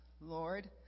Lord